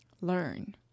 learn